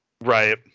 Right